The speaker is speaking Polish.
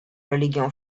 religią